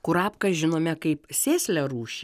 kurapką žinome kaip sėslią rūšį